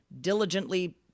diligently